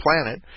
planet